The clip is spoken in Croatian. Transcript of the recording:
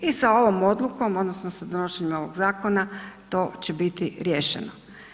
I sa ovom odlukom odnosno sa donošenjem ovoga zakona to će biti riješeno.